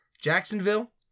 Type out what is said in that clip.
Jacksonville